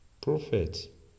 Prophet